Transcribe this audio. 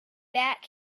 back